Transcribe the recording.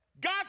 God